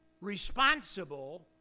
responsible